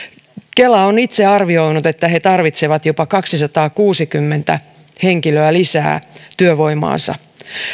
kela on itse arvioinut että he tarvitsevat jopa kaksisataakuusikymmentä henkilöä lisää työvoimaansa